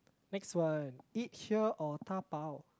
next one eat here or dabao